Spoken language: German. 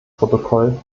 protokoll